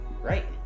Right